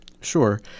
Sure